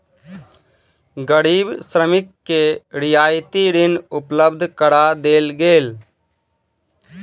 गरीब श्रमिक के रियायती ऋण उपलब्ध करा देल गेल